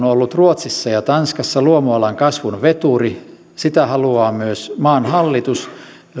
on ollut ruotsissa ja tanskassa luomualan kasvun veturi sitä haluaa myös maan hallitus